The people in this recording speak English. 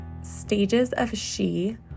STAGESOFSHE